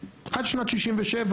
עד שנת 1967,